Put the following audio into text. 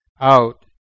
out